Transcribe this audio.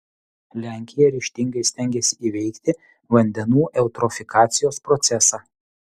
lenkija ryžtingai stengiasi įveikti vandenų eutrofikacijos procesą